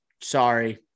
Sorry